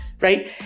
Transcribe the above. right